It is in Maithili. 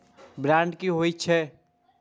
बांड की होई छै?